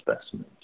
specimens